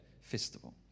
festival